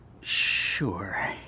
sure